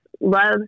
love